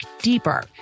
deeper